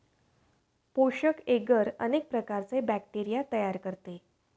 पोषक एग्गर अनेक प्रकारचे बॅक्टेरिया तयार करते